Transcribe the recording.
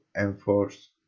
enforce